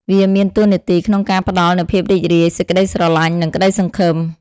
វាមានតួនាទីក្នុងការផ្តល់នូវភាពរីករាយ សេចក្តីស្រឡាញ់និងក្ដីសង្ឃឹម។